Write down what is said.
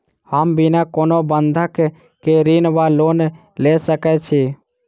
हम बिना कोनो बंधक केँ ऋण वा लोन लऽ सकै छी?